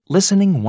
Listening